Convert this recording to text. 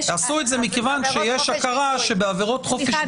עשו את זה מכיוון שיש הכרה שבעבירות חופש ביטוי --- סליחה,